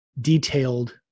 detailed